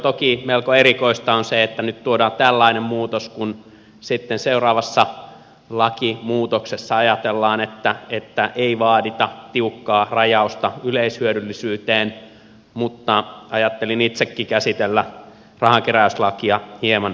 toki melko erikoista on se että nyt tuodaan tällainen muutos kun sitten seuraavassa lakimuutoksessa ajatellaan että ei vaadita tiukkaa rajausta yleishyödyllisyyteen mutta ajattelin itsekin käsitellä rahankeräyslakia hieman yleisemmin